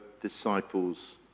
disciples